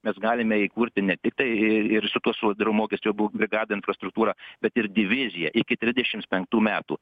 mes galime įkurti ne tiktai ir ir su tuo suodru mokesčiu abu brigadą infrastruktūrą bet ir diviziją iki trisdešimts penktų metų